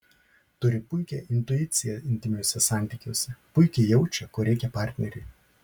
turi puikią intuiciją intymiuose santykiuose puikiai jaučia ko reikia partneriui